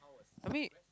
I mean